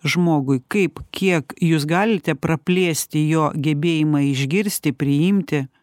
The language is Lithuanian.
žmogui kaip kiek jūs galite praplėsti jo gebėjimą išgirsti priimti